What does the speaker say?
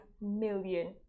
million